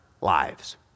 lives